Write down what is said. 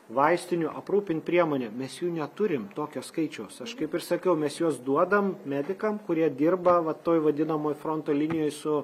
vaistinių aprūpint priemonėm mes jų neturim tokio skaičiaus aš kaip ir sakiau mes juos duodam medikam kurie dirba va toj vadinamoje fronto linijoj su